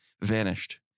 vanished